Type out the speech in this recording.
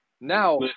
Now